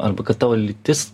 arba kad tavo lytis